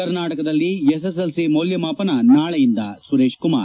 ಕರ್ನಾಟಕದಲ್ಲಿ ಎಸ್ಎಸ್ಎಲ್ಸಿ ಮೌಲ್ಲ ಮಾಪನ ನಾಳೆಯಿಂದ ಸುರೇಶ್ ಕುಮಾರ್